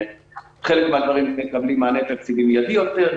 חלק מן הדברים מקבלים מענה תקציבי מיידי יותר,